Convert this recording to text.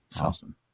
Awesome